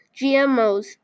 GMOs